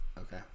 Okay